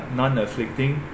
non-afflicting